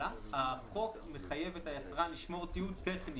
החוק מחייב את היצרן לשמור טיעון טכני